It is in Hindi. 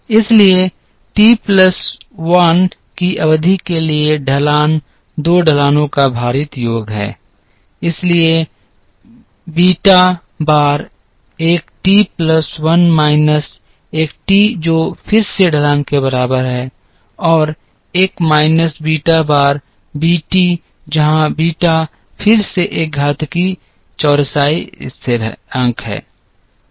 इसलिए टी प्लस 1 की अवधि के लिए ढलान 2 ढलानों का भारित योग है इसलिए बीटा बार एक टी प्लस वन माइनस एक टी जो फिर से ढलान के बराबर है और 1 माइनस बीटा बार बी टी जहां बीटा फिर से एक घातीय चौरसाई स्थिर है